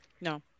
no